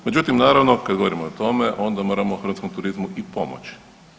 Međutim, naravno kada govorimo o tome onda moramo hrvatskom turizmu i pomoći.